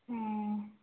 ആ